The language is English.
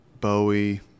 Bowie